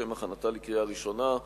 לשם הכנתה לקריאה ראשונה.